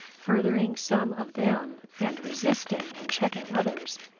furthering some of them and resisting and checking others,